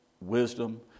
wisdom